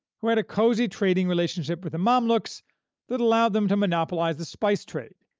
who had a cozy trading relationship with the mamluks that allowed them to monopolize the spice trade,